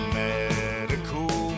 medical